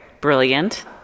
brilliant